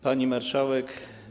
Pani Marszałek!